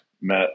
met